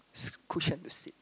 cushion to sit